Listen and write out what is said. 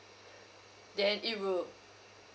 then it will